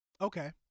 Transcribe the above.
Okay